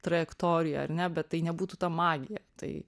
trajektorija ar ne bet tai nebūtų ta magija tai